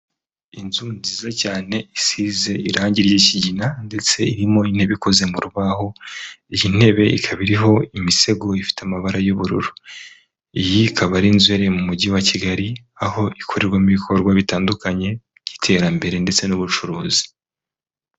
Inzu nziza cyane isize irangi ry'ikigina ndetse irimo intebe ikoze mu rubaho, iyi ntebe ikaba iriho imisego ifite amabara y'ubururu, iyi ikaba ari inzu iherereye mu mujyi wa Kigali, aho ikorerwamo ibikorwa bitandukanye by'iterambere ndetse n'ubucuruzi.